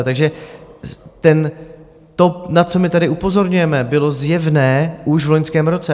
Takže to, na co my tady upozorňujeme, bylo zjevné už v loňském roce.